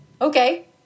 Okay